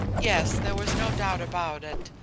yes, there was no doubt about it,